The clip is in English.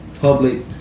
public